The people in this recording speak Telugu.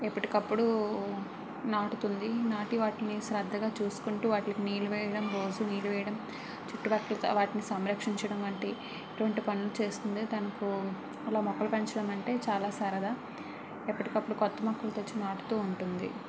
ఎప్పటికప్పుడు నాటుతుంది నాటి వాటిని శ్రద్ధగా చూసుకుంటు వాటికి నీళ్ళు వేయడం రోజు నీళ్ళు వేయడం చుట్టుపక్కల వాటిని సంరక్షించడం వంటి రెండు పనులు చేస్తుంది తనకు అలా మొక్కలు పెంచడం అంటే చాలా సరదా ఎప్పటికప్పుడు కొత్త మొక్కలు తెచ్చి నాటుతు ఉంటుంది